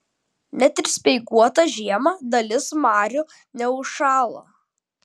net ir speiguotą žiemą dalis marių neužšąla